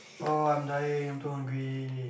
oh I'm dying I'm too hungry